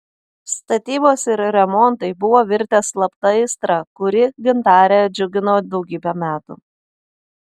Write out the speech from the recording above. statybos ir remontai buvo virtę slapta aistra kuri gintarę džiugino daugybę metų